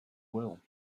well